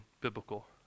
biblical